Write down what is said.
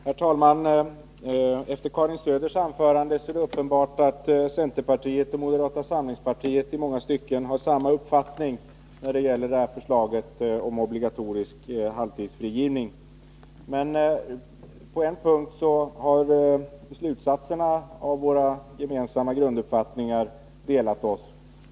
Herr talman! Efter Karin Söders anförande är det uppenbart att centerpartiet och moderata samlingspartiet i många stycken har samma uppfattning när det gäller förslaget om obligatorisk halvtidsfrigivning. Men på en punkt har slutsatserna av våra gemensamma grunduppfattningar delat OSS.